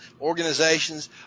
organizations